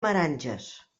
meranges